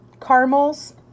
caramels